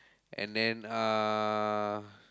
and then uh